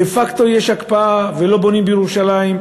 דה-פקטו יש הקפאה ולא בונים בירושלים.